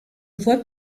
voie